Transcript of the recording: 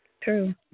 True